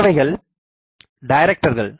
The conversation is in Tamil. மற்றவைகள் டைரக்டர்கள்